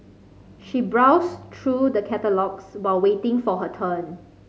she browsed through the catalogues while waiting for her turn